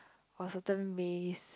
or certain race